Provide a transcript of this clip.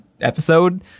episode